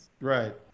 Right